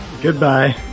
Goodbye